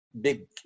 big